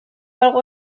algo